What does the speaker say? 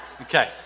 okay